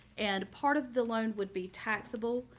and part of the loan would be taxable,